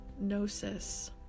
gnosis